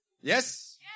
Yes